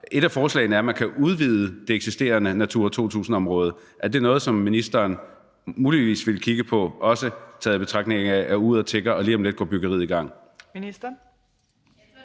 Et af forslagene er, at man kan udvide det eksisterende Natura 2000-område. Er det noget, som ministeren muligvis vil kigge på, også når man tager i betragtning, at uret tikker, og at byggeriet lige om lidt går i gang?